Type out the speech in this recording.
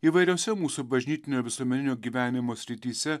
įvairiose mūsų bažnytinio visuomeninio gyvenimo srityse